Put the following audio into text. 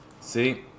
See